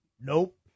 Nope